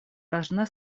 должна